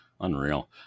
Unreal